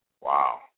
Wow